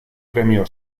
premio